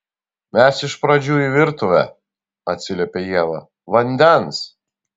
mes iš pradžių į virtuvę atsiliepia ieva vandens